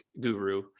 guru